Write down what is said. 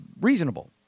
reasonable